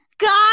God